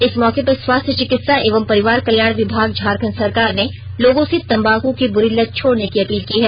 इस मौके पर स्वास्थ्य चिकित्सा एवं परिवार कल्याण विभाग झारखंड सरकार ने लोगों से तंबाक की ब्री लत छोड़ने की अपील की है